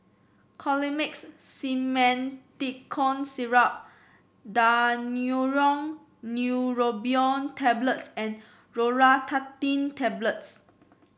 Colimix Simethicone Syrup Daneuron Neurobion Tablets and Loratadine Tablets